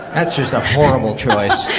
that's just a horrible choice.